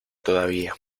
todavía